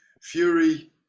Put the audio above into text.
Fury